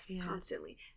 constantly